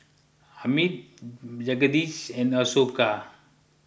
Amit Jagadish and Ashoka